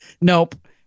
nope